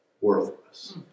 worthless